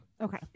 Okay